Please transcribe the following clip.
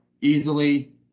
easily